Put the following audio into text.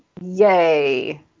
Yay